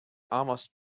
almost